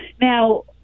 Now